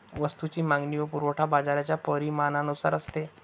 वस्तूची मागणी व पुरवठा बाजाराच्या परिणामानुसार असतो